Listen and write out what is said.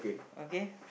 okay